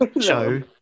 show